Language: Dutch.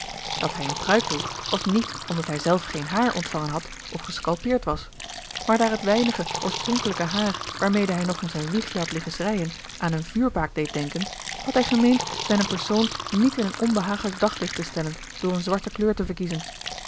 dat hij eene pruik droeg was niet omdat hij zelf geen haar ontvangen had of gescalpeerd was maar daar het weinige oorspronkelijke haar waarmede hij nog in zijn wiegje had liggen schreijen aan eene vuurbaak deed denken had hij gemeend zijnen persoon niet in een onbehagelijk daglicht te stellen door een zwarte kleur te verkiezen